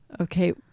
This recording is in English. okay